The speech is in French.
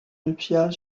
nuptiale